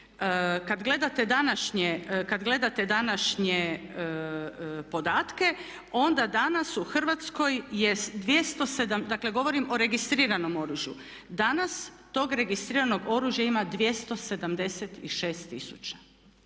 Kad gledate današnje podatke onda danas u Hrvatskoj jest, dakle govorim o registriranom oružju, danas tog registriranog oružja ima 276 tisuća.